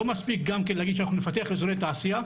לא מספיק להגיד שנפתח אזורי תעשייה,